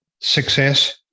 success